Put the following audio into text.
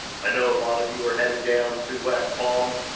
i know a lot of you are headed down to west palm,